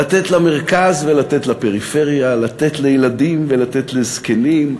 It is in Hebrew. לתת למרכז ולתת לפריפריה, לתת לילדים ולתת לזקנים,